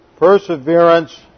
Perseverance